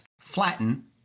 flatten